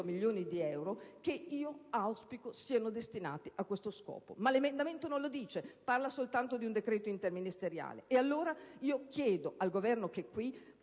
miliardi di euro che io auspico siano destinati a questo scopo, ma l'emendamento non lo dice e parla solo di un decreto interministeriale. Chiedo quindi al Governo qui